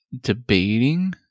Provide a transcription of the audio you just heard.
debating